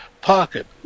pocket